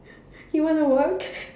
you want to work